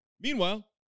Meanwhile